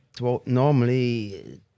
normally